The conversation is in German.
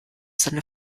seine